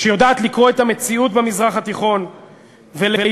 שיודעת לקרוא את המציאות במזרח התיכון ולהתמודד,